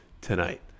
tonight